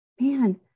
man